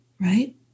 right